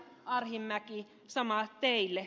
arhinmäki sama teille